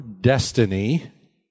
destiny